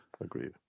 agreed